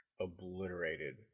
obliterated